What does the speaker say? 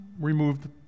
remove